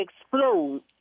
explode